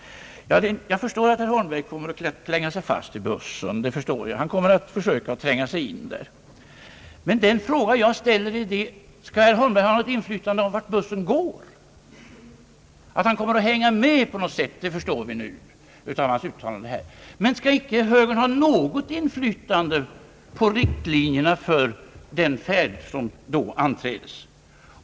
Ja, jag förstår att herr Holmberg kommer att klänga sig fast vid bussen. Han kommer att försöka att tränga sig in i den. Men den fråga jag då ställer är: Skall herr Holmberg ha något inflytande på vart bussen går? Att han kommer att hänga med på något sätt, det förstår vi nu av hans uttalande här, men skall högern inte ha något inflytande på riktlinjerna för den färd som då anträds?